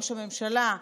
ראש הממשלה,